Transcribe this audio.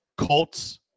Colts